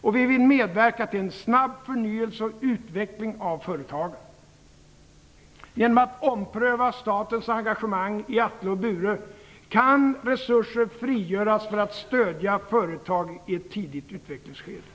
Vi vill medverka till en snabb förnyelse och utveckling av företagen. Genom att ompröva statens engagemang i Atle och Bure kan resurser frigöras för att stödja företag i ett tidigt utvecklingsskede.